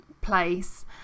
place